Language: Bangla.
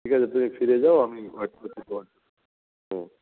ঠিক আছে তুমি ফিরে যাও আমি ওয়েট করছি তোমার হুম